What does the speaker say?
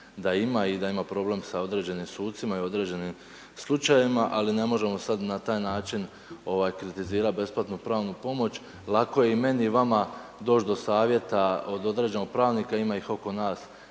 da ima i da ima problem s određenim sucima i određenim slučajevima, ali ne možemo sad na taj način ovaj kritizirat besplatnu pravnu pomoć. Lako je i meni i vama doć do savjeta od određenog pravnika ima ih oko nas